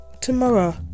tomorrow